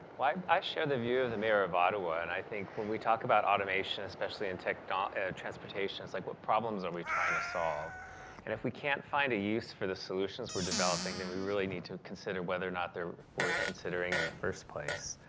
right, i share the view of the mayor of ottawa. and i think when we talk about automation especially in tech ah transportation it's like what problems are and we trying to solve? and if we can't find a use for the solutions we're developing then we really need to consider whether or not they're worth considering in the first place.